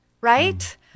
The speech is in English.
right